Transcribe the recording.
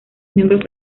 miembros